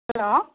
hello